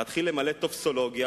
להתחיל למלא טופסולוגיה,